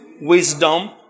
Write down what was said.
wisdom